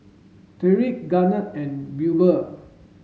Tyreek Garnett and Wilber